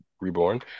Reborn